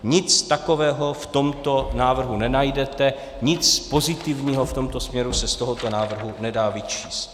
Nic takového v tomto návrhu nenajdete, nic pozitivního v tomto směru se z tohoto návrhu nedá vyčíst.